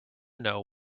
know